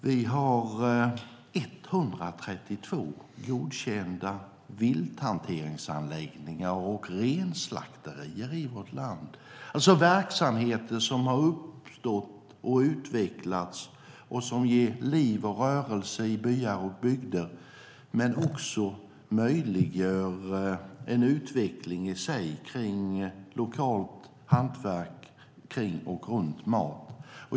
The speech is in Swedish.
Vi har 132 godkända vilthanteringsanläggningar och renslakterier i vårt land. Det är verksamheter som har uppstått och utvecklats och som ger liv och rörelse i byar och bygder. De möjliggör också en utveckling av lokalt hantverk kring mat.